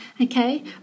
okay